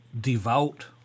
devout